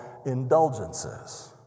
indulgences